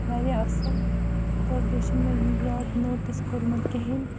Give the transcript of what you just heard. واریاہ اَصٕل تہٕ بیٚیہِ چھِنہٕ مےٚ زیادٕ نوٹِس کوٚرمُت کِہیٖنۍ